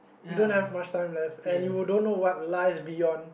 you don't have much time left and you don't know what lies beyond